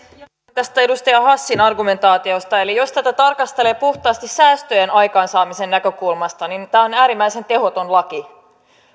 tästä edustaja hassin argumentaatiosta eli jos tätä tarkastelee puhtaasti säästöjen aikaansaamisen näkökulmasta niin niin tämä on äärimmäisen tehoton laki